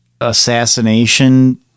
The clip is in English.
assassination